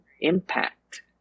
impact